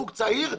זוג צעיר,